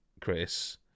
Chris